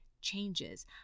changes